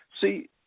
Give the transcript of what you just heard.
see